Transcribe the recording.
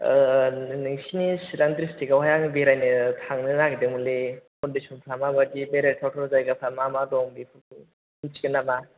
नोंसिनि चिरां डिस्ट्रिक्टआवहाय आं बेरायनो थांनो नागिरदोंमोनलै कन्डिसनफ्रा माबादि बेरायथाव थाव जायगाफ्रा मा मा दं मिथिगोन नामा